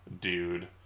dude